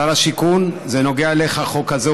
שר השיכון, זה נוגע אליך, החוק הזה.